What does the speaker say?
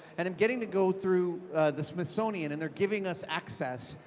and i'm getting to go through the smithsonian, and they're giving us access.